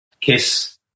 kiss